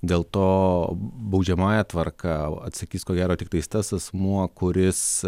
dėl to baudžiamąja tvarka atsakys ko gero tiktais tas asmuo kuris